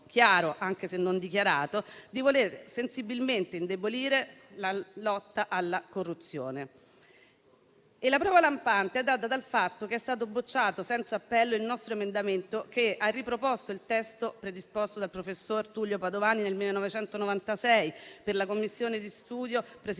anche se non dichiarato, di voler sensibilmente indebolire la lotta alla corruzione. E la prova lampante è data dal fatto che è stato bocciato senza appello il nostro emendamento che ha riproposto il testo predisposto dal professor Tullio Padovani nel 1996 per la commissione di studio presieduta